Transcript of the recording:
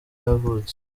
yavutse